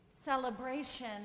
celebration